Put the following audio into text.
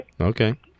Okay